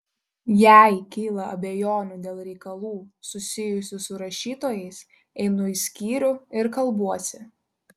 jei kyla abejonių dėl reikalų susijusių su rašytojais einu į skyrių ir kalbuosi